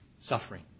suffering